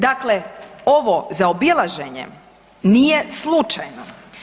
Dakle ovo zaobilaženje nije slučajno.